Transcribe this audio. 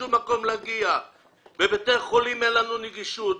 לשום מקום בבתי חולים אין לנו נגישות,